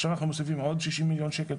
עכשיו אנחנו מוסיפים עוד שישים מיליון שקל,